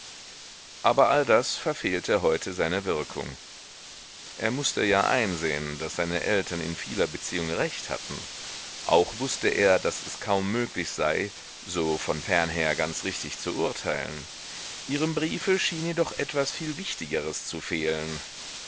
aber all das verfehlte heute seine wirkung er mußte ja einsehen daß seine eltern in vieler beziehung recht hatten auch wußte er daß es kaum möglich sei so von fernher ganz richtig zu urteilen ihrem briefe schien jedoch etwas viel wichtigeres zu fehlen